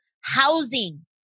housing